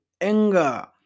anger